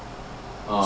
orh